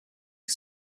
che